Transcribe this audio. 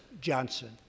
Johnson